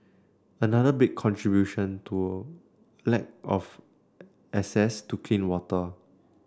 another big contribution to a lack of access to clean water